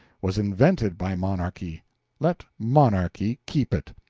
was invented by monarchy let monarchy keep it.